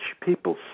people